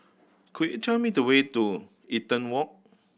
could you tell me the way to Eaton Walk